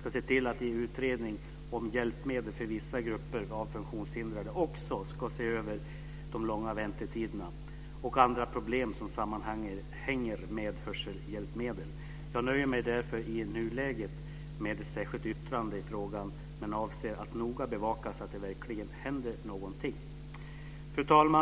ska se till att en utredning om hjälpmedel för vissa grupper av funktionshindrade också ska se över de långa väntetiderna och andra problem som sammanhänger med hörselhjälpmedel. Jag nöjer mig därför i nuläget med ett särskilt yttrande i frågan, men avser att noga bevaka att det verkligen händer något. Fru talman!